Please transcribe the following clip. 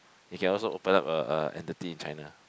you can also open up a a entity in China